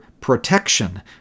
protection